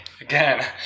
Again